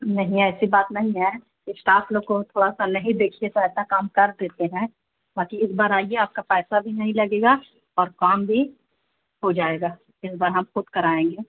نہیں ایسی بات نہیں ہے اشٹاف لوگ کو تھوڑا سا نہیں دیکھیے تو ایسا کام کر دیتے ہیں باقی اس بار آئیے آپ کا پیسہ بھی نہیں لگے گا اور کام بھی ہو جائے گا اس بار ہم خود کرائیں گے